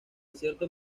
cierto